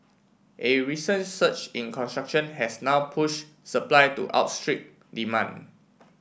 a recent surge in construction has now push supply to outstrip demand